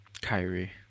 Kyrie